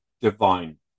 divine